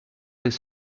his